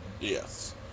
Yes